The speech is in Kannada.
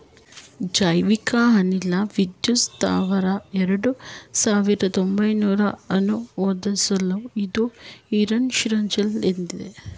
ಜೈವಿಕ ಅನಿಲ ವಿದ್ಯುತ್ ಸ್ತಾವರನ ಎರಡು ಸಾವಿರ್ದ ಒಂಧ್ರಲ್ಲಿ ಅನುಮೋದಿಸಲಾಯ್ತು ಇದು ಇರಾನ್ನ ಶಿರಾಜ್ನಲ್ಲಿದೆ